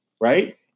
Right